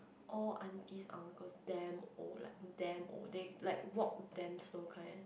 all aunties uncles damn old like damn old like they walk damn slow kind